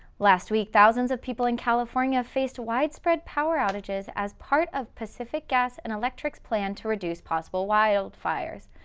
last week, thousands of people in california faced widespread power outages as part of pacific gas and electric's plan to reduce possible wildfires.